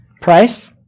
price